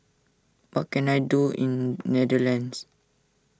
what can I do in Netherlands